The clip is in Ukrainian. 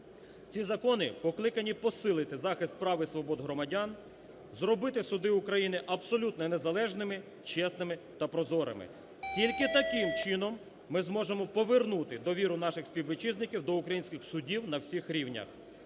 Ці закони покликані посилити захист прав і свобод громадян, зробити суди України абсолютно незалежними, чесними та прозорими. Тільки таким чином ми зможемо повернути довіру наших співвітчизників до українських судів на всіх рівнях.